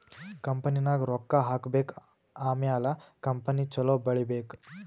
ಕಂಪನಿನಾಗ್ ರೊಕ್ಕಾ ಹಾಕಬೇಕ್ ಆಮ್ಯಾಲ ಕಂಪನಿ ಛಲೋ ಬೆಳೀಬೇಕ್